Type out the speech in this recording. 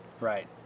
Right